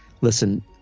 listen